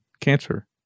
cancer